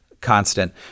constant